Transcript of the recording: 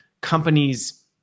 companies